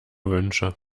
wünsche